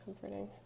comforting